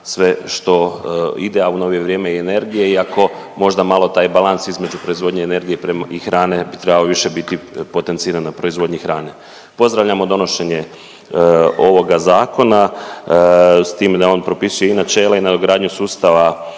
sve što ide, a u novije vrijeme i energije, iako možda malo taj balans između proizvodnje energije i hrane bi trebao više biti potenciran na proizvodnji hrane. Pozdravljamo donošenje ovoga Zakona, s time da on propisuje i načela i nadogradnje sustava